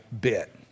bit